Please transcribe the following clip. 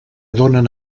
donen